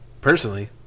personally